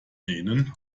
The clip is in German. denen